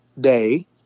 day